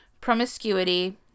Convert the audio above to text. promiscuity